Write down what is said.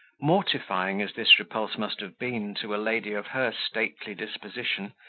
mortifying as this repulse must have been to a lady of her stately disposition,